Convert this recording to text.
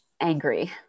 Angry